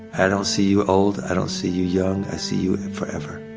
i don't see you old i don't see you young, i see you forever.